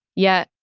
yet.